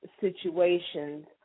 situations